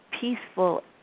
peaceful